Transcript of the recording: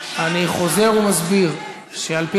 אני לפני שעה נרשמתי.